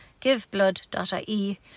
giveblood.ie